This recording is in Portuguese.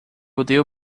odeio